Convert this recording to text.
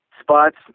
spots